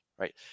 right